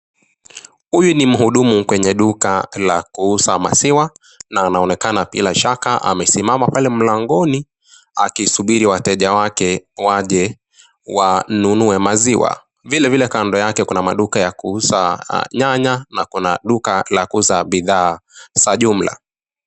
Huyu ni mhudumu kwenye duka la kuuza maziwa na anaonekana bila shaka amesimama pale mlangoni akisubiri wateja wake waje wanunue maziwa. Vilevile, kando yake kuna maduka ya kuuza nyanya na kuna duka la kuuza bidhaa za jumla.